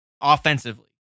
offensively